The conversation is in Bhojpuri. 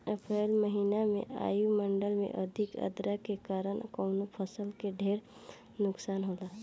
अप्रैल महिना में वायु मंडल में अधिक आद्रता के कारण कवने फसल क ढेर नुकसान होला?